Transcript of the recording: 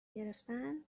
گرفتن